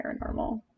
paranormal